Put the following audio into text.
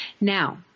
Now